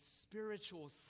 spiritual